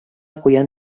куян